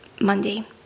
Monday